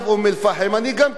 אני גם כן עד לזה,